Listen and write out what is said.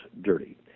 dirty